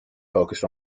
focused